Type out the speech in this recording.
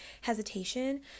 hesitation